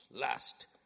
last